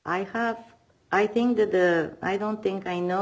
i have i think that the i don't think i no